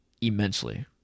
immensely